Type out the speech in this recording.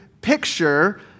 picture